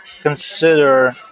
consider